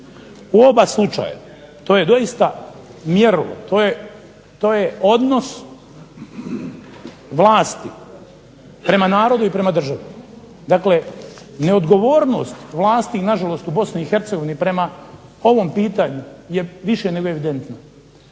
U oba slučaja to je doista mjerilo, to je odnos vlasti prema narodu i prema državi, dakle neodgovornost vlasti na žalost u Bosni i Hercegovini prema ovom pitanju je više nego evidentno,